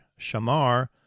shamar